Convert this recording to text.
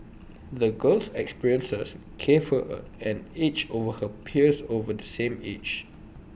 the girl's experiences gave her an edge over her peers of the same age